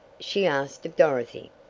she asked of dorothy.